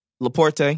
Laporte